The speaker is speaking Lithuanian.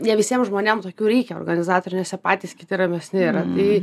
ne visiem žmonėm tokių reikia organizatorių nes jie patys kiti ramesniyra tai